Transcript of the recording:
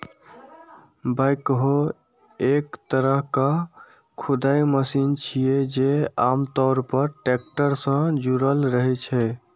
backhoe एक तरहक खुदाइ मशीन छियै, जे आम तौर पर टैक्टर सं जुड़ल रहै छै